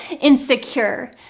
insecure